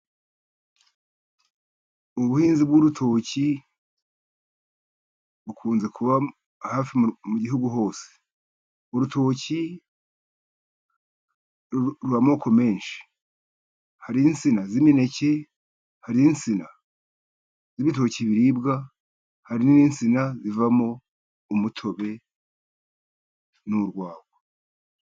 Ubuhinzi bw'urutoki bukunze kuba hafi mu gihugu hose. Urutoki rurimo amoko menshi. Hari insina z'imineke, hari insina z'ibitoki ibibiribwa, hari n'insina zivamo umutobe n'urwagwa.